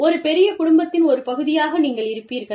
ஒரு பெரிய குடும்பத்தின் ஒரு பகுதியாக நீங்கள் இருப்பீர்கள்